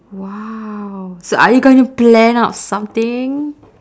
!wow! so are you gonna plan out something